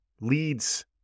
leads